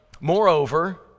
Moreover